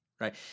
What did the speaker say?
right